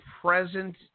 present